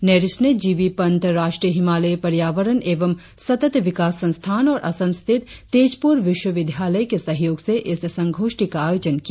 NERIST ने जी बी पंत राष्ट्रीय हिमालयी पर्यावरण एवं सतत विकास संस्थान और असम स्थित तेजपूर विश्वविद्यालय के सहयोग से इस संगोष्ठी का आयोजन किया